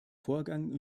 vorgang